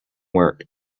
work